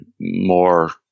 more